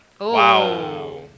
Wow